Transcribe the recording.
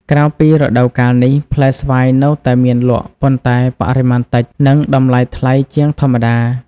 ក្រៅពីរដូវកាលនេះ ផ្លែស្វាយនៅតែមានលក់ ប៉ុន្តែបរិមាណតិច និងតម្លៃថ្លៃជាងធម្មតា។